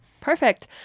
Perfect